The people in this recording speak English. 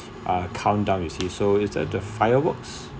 uh countdown you see so it's uh the fireworks